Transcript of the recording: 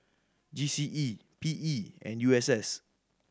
G C E P E and U S S